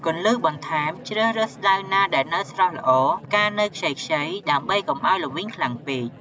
គន្លឹះបន្ថែមជ្រើសរើសស្តៅណាដែលនៅស្រស់ល្អ ផ្កានៅខ្ចីៗដើម្បីកុំឲ្យល្វីងខ្លាំងពេក។